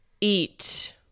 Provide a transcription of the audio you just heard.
eat